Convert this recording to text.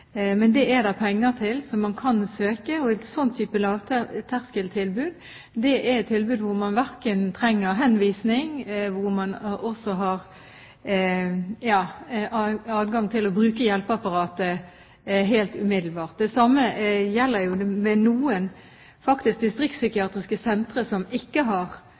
men man må bruke det tilbudet som er. Det finnes midler til et lavterskeltilbud med psykologer i noen kommuner som har etablert et slikt tilbud. Det er det penger til, så man kan søke. En sånn type lavterskeltilbud er et tilbud hvor man ikke trenger henvisning, og hvor man også har adgang til å bruke hjelpeapparatet helt umiddelbart. Det samme gjelder